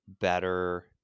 better